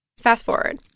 fast-forward.